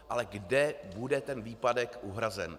Ale kde bude ten výpadek uhrazen?